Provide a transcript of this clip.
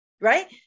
Right